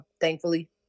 thankfully